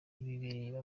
bireba